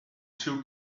two